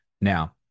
Now